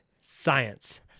Science